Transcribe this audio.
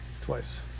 twice